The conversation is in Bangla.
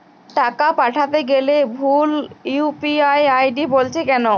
টাকা পাঠাতে গেলে ভুল ইউ.পি.আই আই.ডি বলছে কেনো?